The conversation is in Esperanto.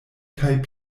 kaj